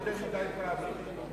כיוון שהשתמשת בשם שלי יותר מדי פעמים,